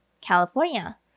California